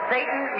Satan